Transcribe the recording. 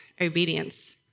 obedience